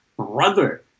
brother